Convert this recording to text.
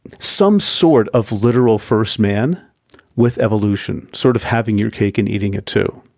some sort of literal first man with evolution sort of having your cake and eating it too.